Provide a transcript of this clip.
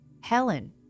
Helen